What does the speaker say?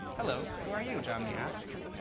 hello, who are you, jomny asks.